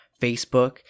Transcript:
Facebook